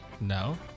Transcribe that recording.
No